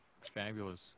fabulous